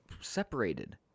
separated